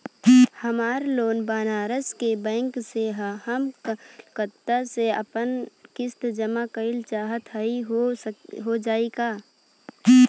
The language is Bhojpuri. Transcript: हमार लोन बनारस के बैंक से ह हम कलकत्ता से आपन किस्त जमा कइल चाहत हई हो जाई का?